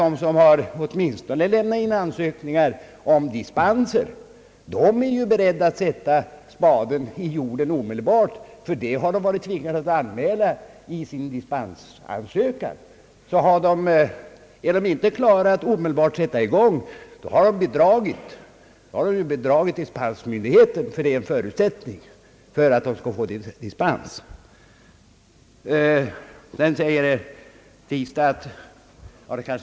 De som har lämnat in ansökningar om dispens är ju beredda att sätta spaden i jorden omedelbart, ty detta har de varit tvingade att anmäla i sin dispensansökan. Är de inte klara att omedelbart sätta i gång, har de bedragit dispensmyndigheten. Beskedet om att sätta i gång byggverksamheten är nämligen en förutsättning för dispens.